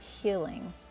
healing